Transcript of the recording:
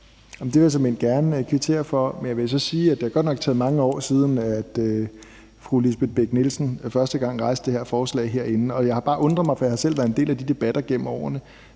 Det vil jeg såmænd gerne kvittere for, men jeg vil så sige, at det godt nok har taget mange år, siden fru Lisbeth Bech-Nielsen første gang rejste det her forslag herinde, og jeg har bare undret mig, for jeg har selv været en del af de debatter gennem årene,